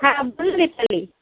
हां बोल ना दीपाली